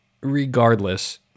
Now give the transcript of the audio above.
regardless